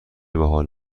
باحال